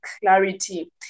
clarity